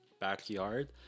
backyard